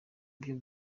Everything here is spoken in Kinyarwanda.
byo